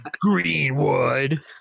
Greenwood